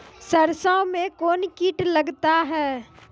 सरसों मे कौन कीट लगता हैं?